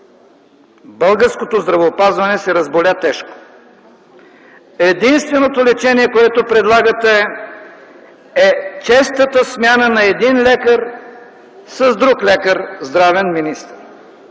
българското здравеопазване се разболя тежко. Единственото лечение, което предлагате, е честата смяна на един лекар с друг лекар – здравен министър.